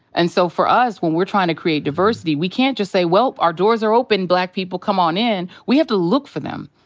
and so for us when we're trying to create diversity, we can't just say, well, our doors are open, black people. come on in. we have to look for them.